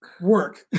work